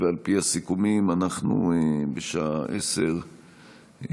על פי הסיכומים אנחנו בשעה 10:00,